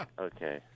Okay